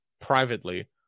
privately